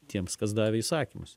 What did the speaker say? tiems kas davė įsakymus